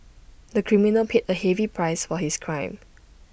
the criminal paid A heavy price for his crime